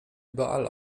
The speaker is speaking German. überall